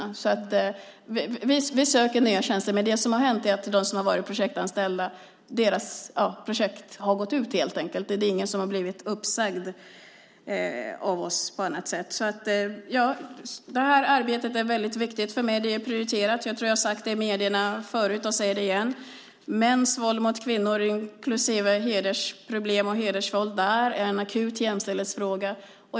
Vi söker nytt folk till dessa tjänster. Det som har hänt är att de projektanställdas projekt har upphört. Det är ingen som har blivit uppsagd. Arbetet är viktigt för mig. Det är prioriterat. Jag har sagt det i medier förut, och jag säger det igen: Mäns våld mot kvinnor, inklusive hedersproblem och hedersvåld, är en akut jämställdhetsfråga.